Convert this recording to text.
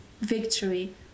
victory